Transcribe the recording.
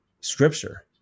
Scripture